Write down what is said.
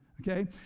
okay